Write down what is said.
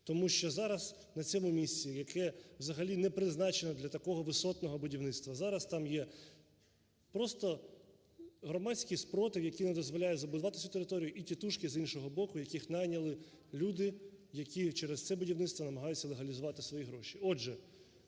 Тому що зараз, на цьому місці, яке взагалі не призначене для такого висотного будівництва, зараз там є просто громадський спротив, який не дозволяє забудувати цю територію і тітушки з іншого боку, який найняли люди, які через це будівництво намагаються легалізувати свої гроші.